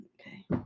Okay